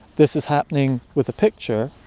this is happening with a picture,